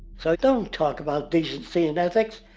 so don't talk about decency and ethics,